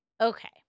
Okay